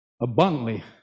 abundantly